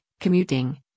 commuting